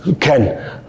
Ken